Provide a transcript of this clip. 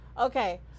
Okay